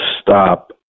stop